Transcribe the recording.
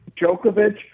Djokovic